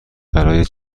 برای